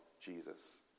Jesus